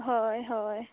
हय हय